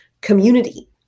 community